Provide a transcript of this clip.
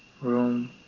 room